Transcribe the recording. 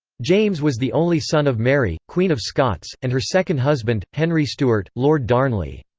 james was the only son of mary, queen of scots, and her second husband, henry stuart, lord darnley.